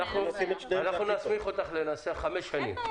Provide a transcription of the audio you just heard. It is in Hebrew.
אנחנו נסמיך אותך לנסח חמש שנים.